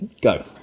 go